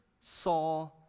saw